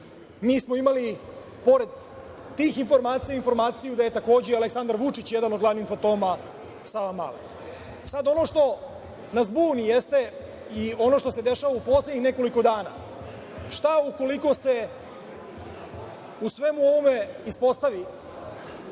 Mi smo pored tih informacija i informaciju da je takođe Aleksandar Vučić jedan od glavnih fantoma Savamale. Sad ono što nas buni jeste i ono što se dešava u poslednjih nekoliko dana. Šta ukoliko se u svemu ovome ispostavi